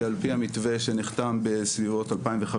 שעל פי המתווה שנחתם בסביבות 2015,